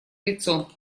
лицо